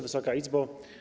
Wysoka Izbo!